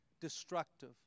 destructive